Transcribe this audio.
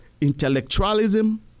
intellectualism